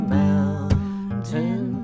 mountain